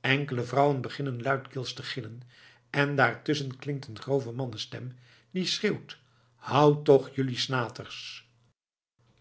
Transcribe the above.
enkele vrouwen beginnen luidkeels te gillen en daartusschen klinkt een grove mannenstem die schreeuwt hou toch jelui snaters